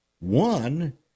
One